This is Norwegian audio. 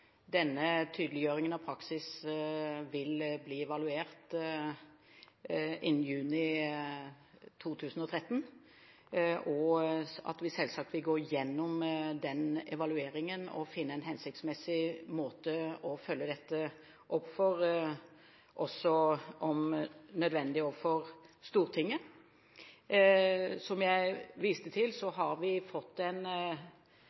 denne tydeliggjøringen av praksis vil bli evaluert innen juni 2013, og at vi selvsagt vil gå igjennom den evalueringen og finne en hensiktsmessig måte å følge dette opp på, også – om nødvendig – overfor Stortinget. Som jeg viste til, har vi fått en